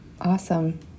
Awesome